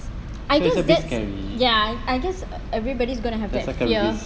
I guess that's ya I guess everybody's going to have that fear